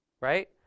Right